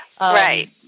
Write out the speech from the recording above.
Right